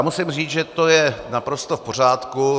Musím říct, že to je naprosto v pořádku.